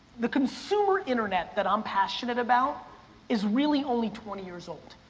the consumer internet that i'm passionate about is really only twenty years old.